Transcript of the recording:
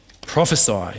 prophesy